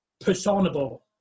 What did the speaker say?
personable